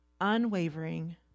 unwavering